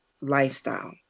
lifestyle